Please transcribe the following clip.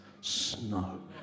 snow